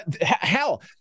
Hell